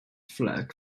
flag